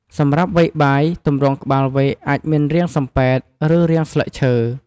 សម្រាប់វែកបាយ ទម្រង់ក្បាលវែកអាចមានរាងសំប៉ែត ឬរាងស្លឹកឈើ។